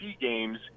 games